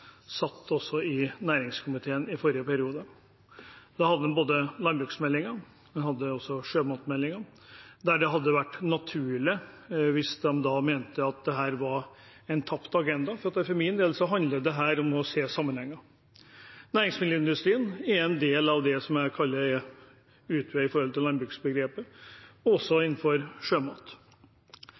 både landbruksmeldingen og sjømatmeldingen, der det hadde vært naturlig – hvis de mente at dette var en tapt agenda – å se sammenhenger, som det for min del handler om. Næringsmiddelindustrien er en del av det som jeg kaller en utvei for landbruket og også innenfor sjømat.